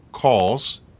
Calls